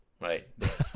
right